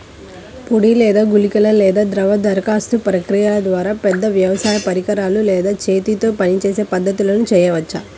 పొడి లేదా గుళికల లేదా ద్రవ దరఖాస్తు ప్రక్రియల ద్వారా, పెద్ద వ్యవసాయ పరికరాలు లేదా చేతితో పనిచేసే పద్ధతులను చేయవచ్చా?